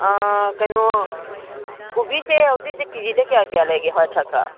ꯀꯩꯅꯣ ꯀꯣꯕꯤꯁꯦ ꯍꯧꯖꯤꯛꯁꯦ ꯀꯦꯖꯤꯗ ꯀꯌꯥ ꯀꯌꯥ ꯂꯩꯒꯦ ꯍꯋꯥꯏꯊ꯭ꯔꯥꯛꯀ